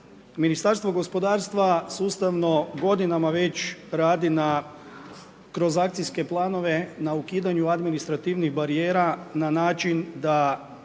Ministarstvo gospodarstva sustavno godinama već radi na, kroz akcijske planove na ukidanju administrativnih barijera na način da